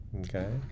Okay